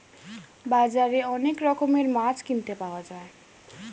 বাজারে অনেক রকমের মাছ কিনতে পাওয়া যায়